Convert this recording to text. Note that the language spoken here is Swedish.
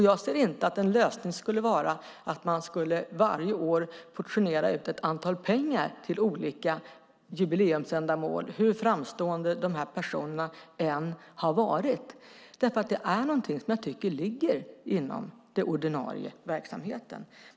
Jag ser inte att en lösning skulle vara att varje år portionera ut pengar till olika jubileumsändamål, hur framstående de här personerna än har varit, för jag tycker att detta är någonting som ligger inom den ordinarie verksamheten.